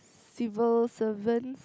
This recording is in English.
civil servants